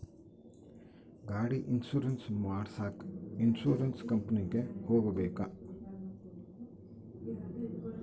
ಗಾಡಿ ಇನ್ಸುರೆನ್ಸ್ ಮಾಡಸಾಕ ಇನ್ಸುರೆನ್ಸ್ ಕಂಪನಿಗೆ ಹೋಗಬೇಕಾ?